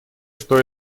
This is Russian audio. что